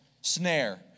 snare